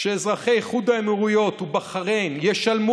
שאזרחי איחוד האמירויות ובחריין ישלמו